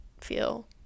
feel